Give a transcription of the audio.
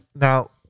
now